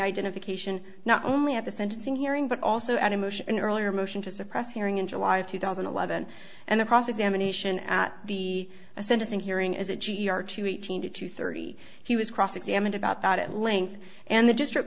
identification not only at the sentencing hearing but also at a motion earlier motion to suppress hearing in july of two thousand and eleven and the cross examination at the sentencing hearing as a g e r two eighteen to two thirty he was cross examined about that at length and the district